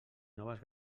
noves